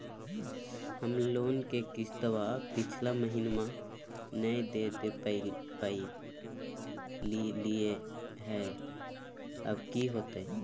हम लोन के किस्तवा पिछला महिनवा नई दे दे पई लिए लिए हल, अब की होतई?